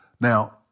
Now